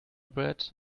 bread